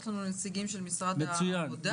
יש לנו נציגים של משרד העבודה.